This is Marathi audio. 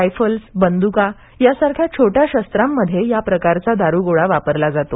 रायफल्स बंदुका यासारख्या छोट्या शस्त्रांमध्ये या प्रकारचा दारूगोळा वापरला जातो